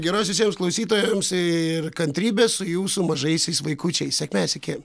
geros visiems klausytojams ir kantrybės su jūsų mažaisiais vaikučiais sėkmės iki